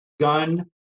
Gun